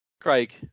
Craig